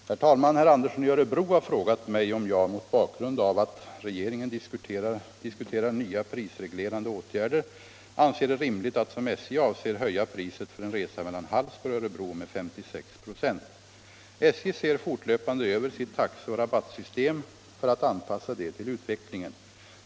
herr Anderssons i Örebro den 19 maj anmälda fråga, 1975/76:369, Om aviserad och anförde: prishöjning på Herr talman! Herr Andersson i Örebro har frågat mig om jag, mot — järnvägssträckan bakgrund av att regeringen diskuterar nya prisreglerande åtgärder, anser Hallsberg-Örebro det rimligt att, som SJ avser, höja priset för en resa mellan Hallsberg och Örebro med 56 96. SJ ser fortlöpande över sitt taxeoch rabattsystem för att anpassa det till utvecklingen.